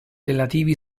relativi